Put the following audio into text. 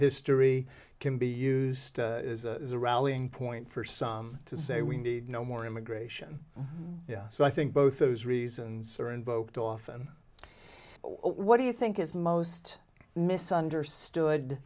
history can be used as a rallying point for some to say we need no more immigration yeah so i think both those reasons are invoked often what do you think is most misunderstood